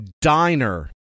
diner